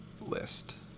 list